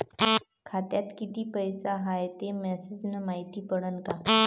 खात्यात किती पैसा हाय ते मेसेज न मायती पडन का?